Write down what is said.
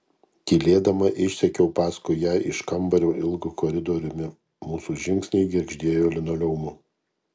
tylėdama išsekiau paskui ją iš kambario ilgu koridoriumi mūsų žingsniai girgždėjo linoleumu